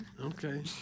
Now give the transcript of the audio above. Okay